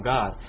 God